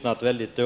området.